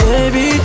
Baby